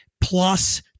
plus